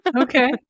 okay